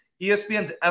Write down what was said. ESPN's